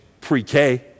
pre-K